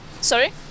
Sorry